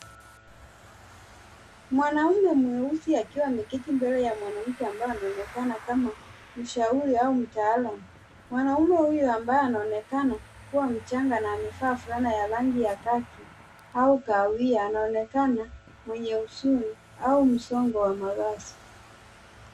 Mwanaume mweusi akiwa ameketi mbele ya mwanamke ambaye ameonekana kama mshauri au mtaalam, mwanaume huyu ambaye anaonekana kuwa mchanga na amevaa vulana ya rangi ya kaki au kahawia anaonekana mwenye huzuni au msongo wa mawazo.